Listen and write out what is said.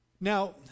Now